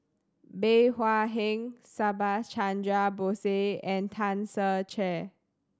Bey Hua Heng Subhas Chandra Bose and Tan Ser Cher